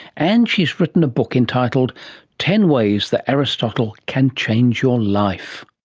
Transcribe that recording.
and she has written a book entitled ten ways that aristotle can change your life.